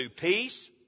peace